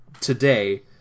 today